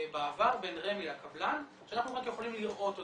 בעבר בין רמ"י לקבלן, אנחנו רק יכולים לראות אותו.